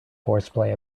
horseplay